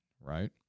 right